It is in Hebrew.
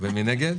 מי נגד?